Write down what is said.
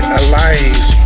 alive